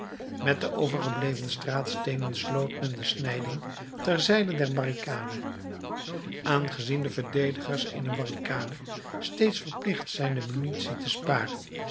met de overgebleven straatsteenen sloot men de snijding ter zijde der barricade aangezien de verdedigers eener barricade steeds verplicht zijn de munitie te sparen